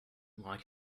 like